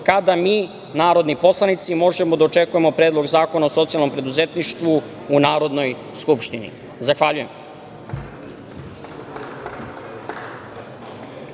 kada mi, narodni poslanici, možemo da očekujemo predlog zakona o socijalnom preduzetništvu u Narodnoj skupštini? Zahvaljujem.